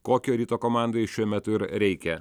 kokio ryto komandai šiuo metu ir reikia